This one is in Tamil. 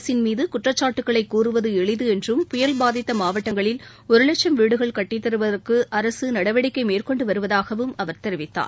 அரசின் மீது குற்றச்சாட்டுக்களை கூறுவது எளிது என்றும் புயல் பாதித்த மாவட்டங்களில் ஒரு லட்சம் வீடுகள் கட்டித் தருவதற்கு அரசு நடவடிக்கை மேற்கொண்டு வருவதாகவும் அவர் தெரிவித்தார்